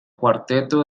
cuarteto